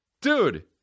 Dude